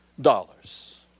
dollars